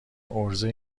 عرضه